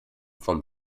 vom